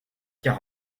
car